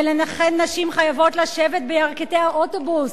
ולכן נשים חייבות לשבת בירכתי האוטובוס,